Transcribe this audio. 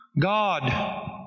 God